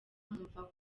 nkumva